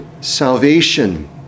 salvation